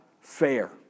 fair